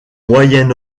moyen